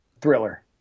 Thriller